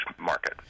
market